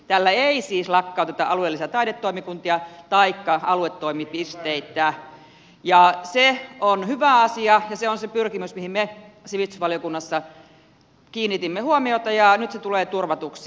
tällä ei siis lakkauteta alueellisia taidetoimikuntia taikka aluetoimipisteitä ja se on hyvä asia ja se on se pyrkimys mihin me sivistysvaliokunnassa kiinnitimme huomiota ja nyt se tulee turvatuksi